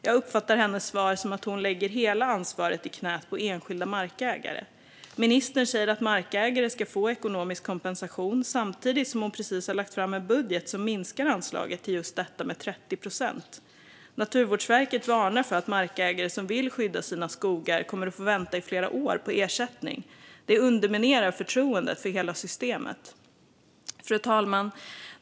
Jag uppfattar hennes svar som att hon lägger hela ansvaret i knät på enskilda markägare. Ministern säger att markägare ska få ekonomisk kompensation, samtidigt som hon precis har lagt fram en budget som minskar anslaget till just detta med 30 procent. Naturvårdsverket varnar för att markägare som vill skydda sina skogar kommer att få vänta i flera år på ersättning. Det underminerar förtroendet för hela systemet. Fru talman!